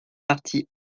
partie